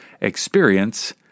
experience